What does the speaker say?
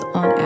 on